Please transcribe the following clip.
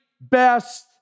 best